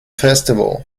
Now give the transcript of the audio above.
festival